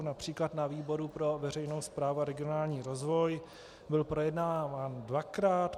Například na výboru pro veřejnou správu a regionální rozvoj byl projednáván dvakrát.